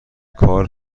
کار